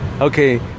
Okay